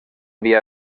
via